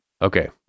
Okay